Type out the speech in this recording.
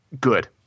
Good